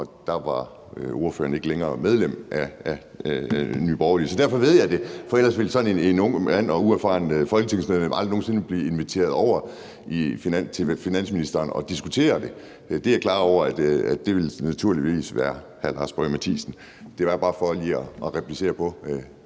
og der var ordføreren ikke længere medlem af Nye Borgerlige. Derfor ved jeg det; for ellers ville sådan en ung mand og uerfarent folketingsmedlem aldrig nogen sinde blive inviteret over til finansministeren og diskutere det. Jeg er klar over, at det naturligvis ville være hr. Lars Boje Mathiesen. Det var bare for lige at replicere på